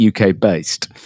UK-based